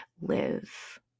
live